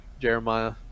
Jeremiah